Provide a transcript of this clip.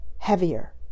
heavier